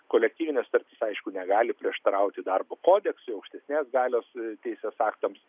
kolektyvinės sutartys aišku negali prieštarauti darbo kodeksui aukštesnės galios teisės aktams